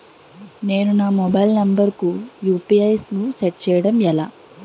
నేను నా mobile number కుయు.పి.ఐ ను సెట్ చేయడం ఎలా?